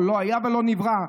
לא היה ולא נברא.